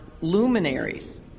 luminaries